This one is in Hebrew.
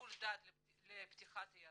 שיקול דעת לפתיחת